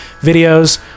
videos